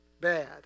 bad